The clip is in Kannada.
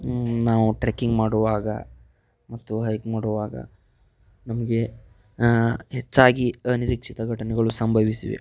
ನಾವು ಟ್ರಕ್ಕಿಂಗ್ ಮಾಡುವಾಗ ಮತ್ತು ಹೈಕ್ ಮಾಡುವಾಗ ನಮಗೆ ಹೆಚ್ಚಾಗಿ ಅನಿರೀಕ್ಷಿತ ಘಟನೆಗಳು ಸಂಭವಿಸಿವೆ